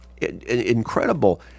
incredible